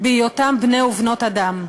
בהיותם בני ובנות אדם.